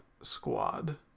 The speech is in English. squad